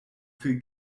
viel